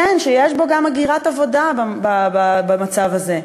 כן, יש בו גם הגירת עבודה, במצב הזה,